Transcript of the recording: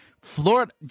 Florida